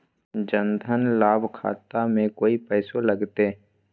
जन धन लाभ खाता में कोइ पैसों लगते?